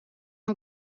amb